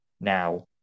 now